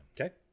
Okay